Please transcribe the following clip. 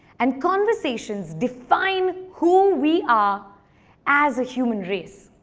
and conversations define who we are as a human race.